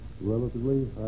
Relatively